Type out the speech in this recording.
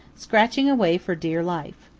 scratching away for dear life.